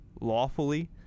lawfully